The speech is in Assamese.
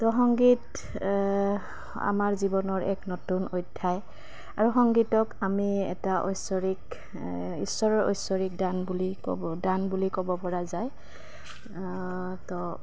তো সংগীত আমাৰ জীৱনৰ এক নতুন অধ্যায় আৰু সংগীতক আমি এটা ঐশ্বৰক ঈশ্বৰৰ ঐশ্বৰিক দান বুলি ক'ব দান বুলি ক'ব পৰা যায় তো